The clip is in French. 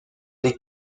des